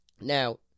Now